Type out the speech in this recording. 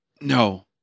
No